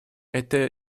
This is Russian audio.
это